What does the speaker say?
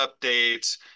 updates